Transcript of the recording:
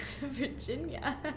Virginia